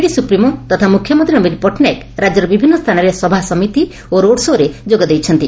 BJD supremo ତଥା ମୁଖ୍ୟମନ୍ତୀ ନବୀନ ପଟ୍ଟନାୟକ ରାକ୍ୟର ବିଭିନ୍ନ ସ୍ଚାନରେ ସଭାସମିତି ଓ ରୋଡ୍ ଶୋ' ରେ ଯୋଗ ଦେଇଛନ୍ତି